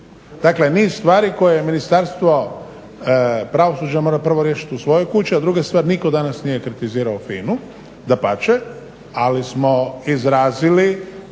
Dakle niz stvari koje Ministarstvo pravosuđa mora prvo riješit u svojoj kući. A druga stvar, nitko danas nije kritizirao FINA-u, dapače, ali smo izrazili